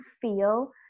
feel